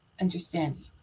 understanding